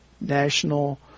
national